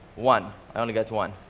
one, i only got one.